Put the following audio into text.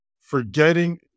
Forgetting